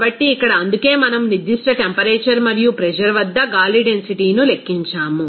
కాబట్టి ఇక్కడ అందుకే మనం నిర్దిష్ట టెంపరేచర్ మరియు ప్రెజర్ వద్ద గాలి డెన్సిటీ ను లెక్కించాము